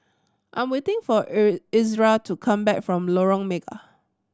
I'm waiting for Ezra to come back from Lorong Mega